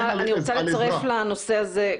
אני רוצה לצרף לנושא הזה,